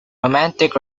romantic